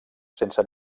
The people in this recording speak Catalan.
sense